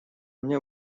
меня